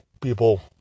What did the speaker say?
people